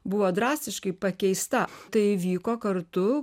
buvo drastiškai pakeista tai vyko kartu